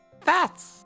Fats